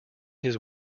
his